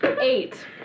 Eight